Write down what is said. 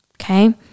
Okay